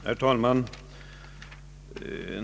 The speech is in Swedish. Herr talman!